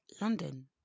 London